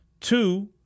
Two